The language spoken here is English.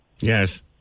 Yes